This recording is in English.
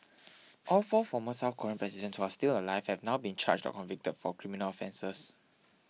all four former South Korean president who are still alive have now been charged or convicted for criminal offences